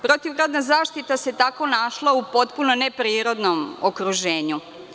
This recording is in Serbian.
Protivgradna zaštita se tako našla u potpuno neprirodnom okruženju.